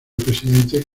presidente